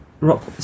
Rock